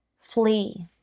Flee